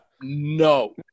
No